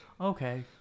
Okay